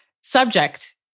Subject